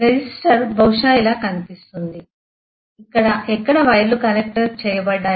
resistor బహుశా ఇలా కనిపిస్తుంది ఇక్కడ ఎక్కడ వైర్లు కనెక్ట్ చేయబడ్డాయి